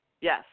Yes